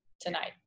tonight